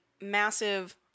massive